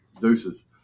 Deuces